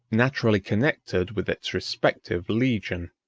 naturally connected with its respective legion,